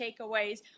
takeaways